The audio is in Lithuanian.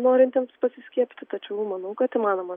norintiems pasiskiepyti tačiau manau kad įmanoma